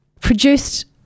Produced